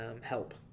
help